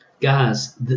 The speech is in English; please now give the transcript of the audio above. Guys